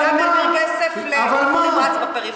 וגם העביר כסף לטיפול נמרץ בפריפריה.